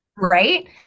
right